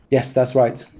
yes, that's right.